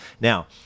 Now